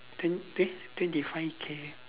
twen~ twen~ twenty five K